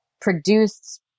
produced